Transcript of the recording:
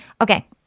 Okay